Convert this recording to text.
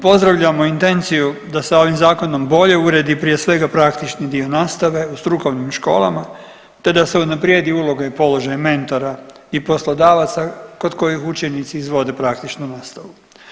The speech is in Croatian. Pozdravljamo intenciju da se ovim Zakonom bolje uredi, prije svega, praktični dio nastave u strukovnim školama te da se unaprijedi uloga i položaj mentora i poslodavaca kod kojih učenici izvode praktičnu nastavu.